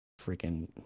freaking